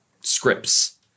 scripts